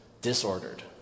disordered